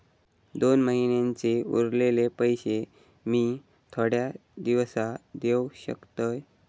दोन महिन्यांचे उरलेले पैशे मी थोड्या दिवसा देव शकतय?